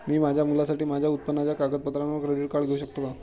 मी माझ्या मुलासाठी माझ्या उत्पन्नाच्या कागदपत्रांवर क्रेडिट कार्ड घेऊ शकतो का?